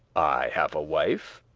i have a wife,